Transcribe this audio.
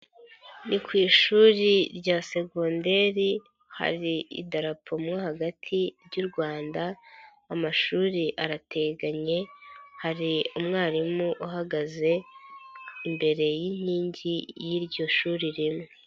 Ni ku ishuri rya segonderi, hari idarapomwa hagati ry' u Rwanda, amashuri arateganye hari umwarimu uhagaze imbere y'inkingi y'iryo shuri rimwe.